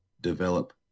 develop